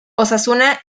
osasuna